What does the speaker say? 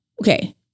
okay